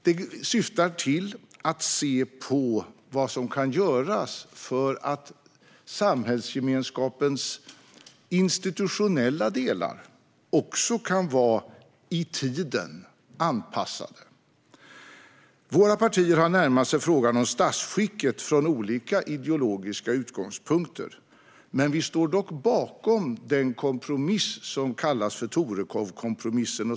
Det syftar till att se på vad som kan göras för att samhällsgemenskapens institutionella delar också kan vara i tiden anpassade. Våra partier har närmat sig frågan om statsskicket från olika ideologiska utgångspunkter. Vi står dock bakom den kompromiss som kallas Torekovskompromissen.